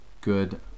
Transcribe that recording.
good